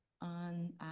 on